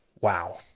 Wow